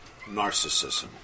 narcissism